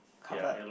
cover